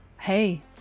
Hey